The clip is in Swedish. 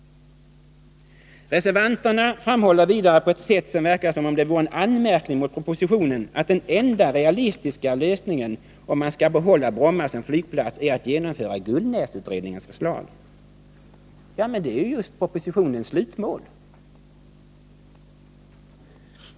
Reservanterna framhåller vidare på ett sätt som verkar som om det vore en anmärkning mot propositionen att ”den enda realistiska lösningen om man skall behålla Bromma som flygplats är att genomföra Gullnäsutredningens förslag”. Ja, det är just propositionens slutmål!